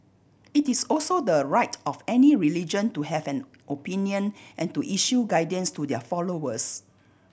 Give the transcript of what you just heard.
it is also the right of any religion to have an opinion and to issue guidance to their followers